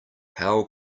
how